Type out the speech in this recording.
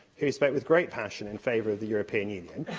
who spoke with great passion in favour of the european union,